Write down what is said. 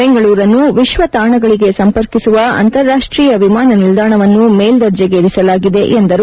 ಬೆಂಗಳೂರನ್ನು ವಿಶ್ವ ತಾಣಗಳಿಗೆ ಸಂಪರ್ಕಿಸುವ ಅಂತಾರಾಷ್ಷೀಯ ವಿಮಾನ ನಿಲ್ದಾಣವನ್ನು ಮೇಲ್ವರ್ಜೆಗೇರಿಸಲಾಗಿದೆ ಎಂದರು